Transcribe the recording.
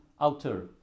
outer